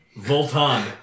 Voltan